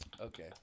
Okay